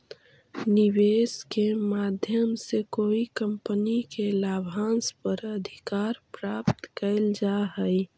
निवेश के माध्यम से कोई कंपनी के लाभांश पर अधिकार प्राप्त कैल जा हई